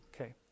Okay